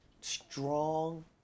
strong